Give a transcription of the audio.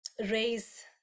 raise